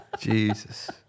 Jesus